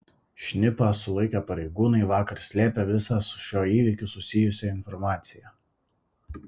šnipą sulaikę pareigūnai vakar slėpė visą su šiuo įvykiu susijusią informaciją